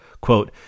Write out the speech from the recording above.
Quote